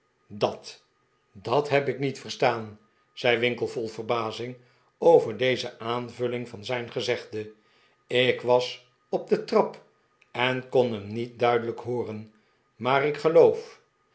dat dat heb ik niet verstaan zei winkle vol verbazing over deze aanvulling van zijn gezegde ik was op de trap en kon hem niet duidelijk hooren maar ik geloof